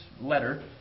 letter